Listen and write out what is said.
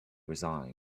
resigned